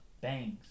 bangs